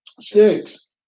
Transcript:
Six